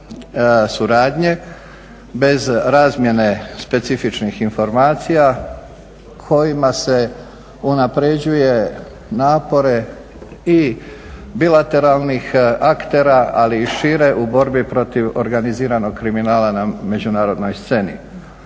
suradnje, bez razmjene specifičnih informacija kojima se unapređuje napore i bilateralnih aktera, ali i šire u borbi protiv organiziranog kriminala na međunarodnoj sceni.